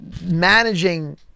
managing